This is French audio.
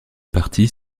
partis